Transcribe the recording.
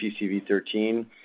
PCV13